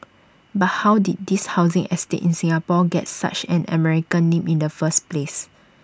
but how did this housing estate in Singapore get such an American name in the first place